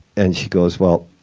and she goes, well,